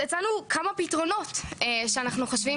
הצענו כמה פתרונות שאנחנו חושבים